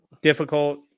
difficult